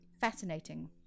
fascinating